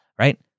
right